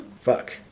Fuck